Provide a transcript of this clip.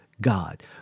God